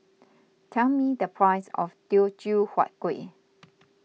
tell me the price of Teochew Huat Kueh